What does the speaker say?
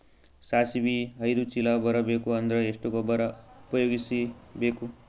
ಸಾಸಿವಿ ಐದು ಚೀಲ ಬರುಬೇಕ ಅಂದ್ರ ಎಷ್ಟ ಗೊಬ್ಬರ ಉಪಯೋಗಿಸಿ ಬೇಕು?